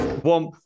one